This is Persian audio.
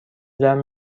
جمع